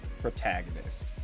Protagonist